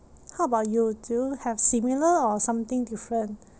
how about you do you have similar or something different